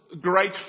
great